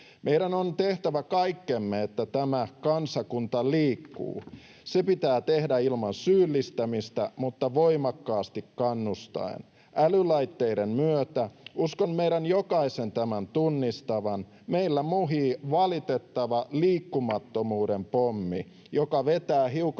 Meidän on tehtävä kaikkemme, että tämä kansakunta liikkuu. Se pitää tehdä ilman syyllistämistä mutta voimakkaasti kannustaen. Älylaitteiden myötä uskon meidän jokaisen tämän tunnistavan: meillä muhii valitettava liikkumattomuuden pommi, joka vetää hiukan